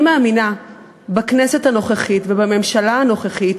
אני מאמינה בכנסת הנוכחית ובממשלה הנוכחית,